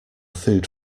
food